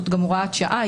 זאת גם הוראת שעה,